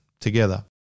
together